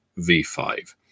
V5